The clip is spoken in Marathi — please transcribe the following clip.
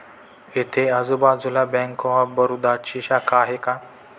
इथे आजूबाजूला बँक ऑफ बडोदाची शाखा आहे का?